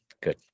Good